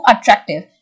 attractive